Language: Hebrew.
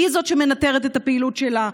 היא זאת שמנטרת את הפעילות שלה,